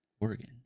Oregon